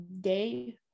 day